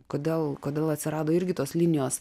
kodėl kodėl atsirado irgi tos linijos